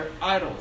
idols